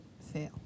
fail